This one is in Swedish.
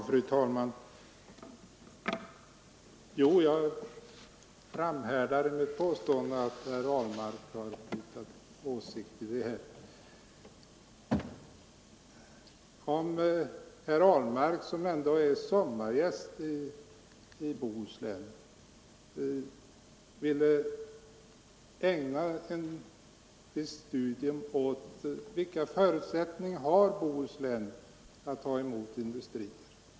Fru talman! Jag framhärdar i mitt påstående att herr Ahlmark har ändrat åsikt i den här frågan. Om ändå herr Ahlmark, som är sommargäst i Bohuslän, skulle ägna ett studium åt de förutsättningar Bohuslän har att ta emot industri!